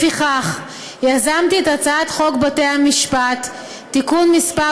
לפיכך יזמתי את הצעת חוק בתי המשפט (תיקון מס'